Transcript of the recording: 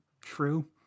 true